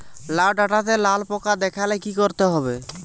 লাউ ডাটাতে লাল পোকা দেখালে কি করতে হবে?